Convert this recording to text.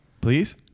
Please